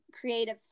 creative